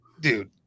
dude